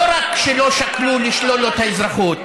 לא רק שלא שקלו לשלול לו את האזרחות,